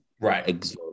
Right